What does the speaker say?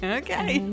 okay